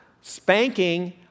spanking